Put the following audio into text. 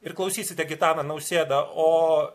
ir klausysite gitaną nausėdą o